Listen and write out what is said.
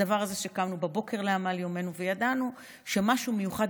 הדבר הזה שבו קמנו בבוקר לעמל יומנו וידענו שמשהו מיוחד